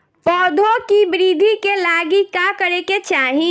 पौधों की वृद्धि के लागी का करे के चाहीं?